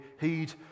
heed